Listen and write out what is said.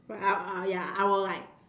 I I ya I will like